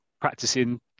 practicing